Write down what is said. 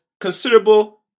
considerable